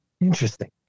Interesting